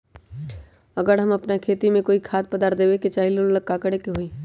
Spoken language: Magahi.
अगर हम अपना खेती में कोइ खाद्य पदार्थ देबे के चाही त वो ला का करे के होई?